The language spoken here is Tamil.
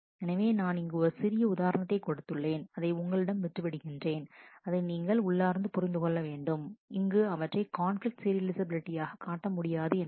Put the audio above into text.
எனவே நான் இங்கு ஒரு சிறிய உதாரணத்தை கொடுத்துள்ளேன் அதை உங்களிடம் விட்டுவிடுகிறேன் அதை நீங்கள் உள்ளார்ந்து புரிந்து கொள்ள வேண்டும் இங்கு அவற்றை கான்பிலிக்ட் சீரியலைஃசபிலிட்டியாக காட்ட முடியாது என்பதனை